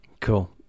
Cool